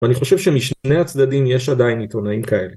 ואני חושב שמשני הצדדים יש עדיין עיתונאים כאלה